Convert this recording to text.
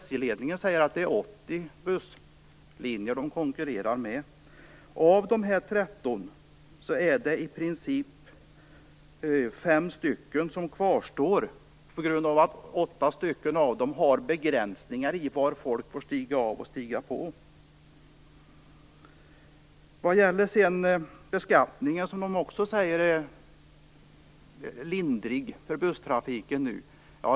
SJ-ledningen säger att det är 80 busslinjer man konkurrerar med. Av de 13 kvarstår i princip 5 på grund av att 8 har begränsningar för var människor får stiga av och stiga på. Det sägs att beskattningen nu är lindrig för busstrafiken.